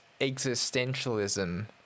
existentialism